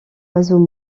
oiseaux